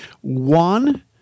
One